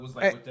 Hey